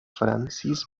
francis